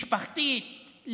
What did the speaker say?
משפחתית.